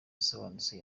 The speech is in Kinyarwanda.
isobanutse